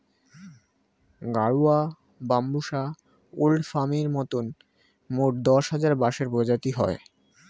গাডুয়া, বাম্বুষা ওল্ড হামির মতন মোট দশ হাজার বাঁশের প্রজাতি হয়